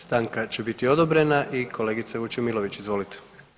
Stanka će biti odobrena i kolegice Vučemilović, izvolite.